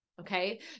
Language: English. okay